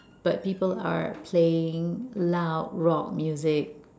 but people are playing loud rock music